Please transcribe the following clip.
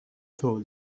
told